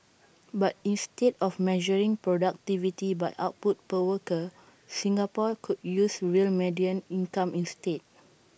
but instead of measuring productivity by output per worker Singapore could use real median income instead